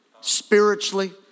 spiritually